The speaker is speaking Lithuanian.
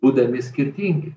būdami skirtingi